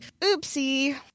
oopsie—